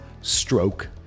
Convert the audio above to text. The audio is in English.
stroke